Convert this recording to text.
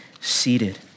seated